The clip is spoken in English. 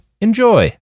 enjoy